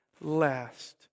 last